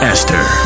Esther